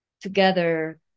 together